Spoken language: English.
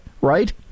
right